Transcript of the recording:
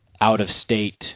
out-of-state